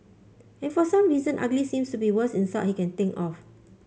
and for some reason ugly seems to be worst insult he can think of